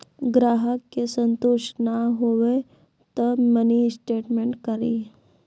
ग्राहक के संतुष्ट ने होयब ते मिनि स्टेटमेन कारी?